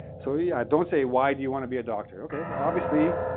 so yeah don't say why do you want to be doctor? okay, obviously,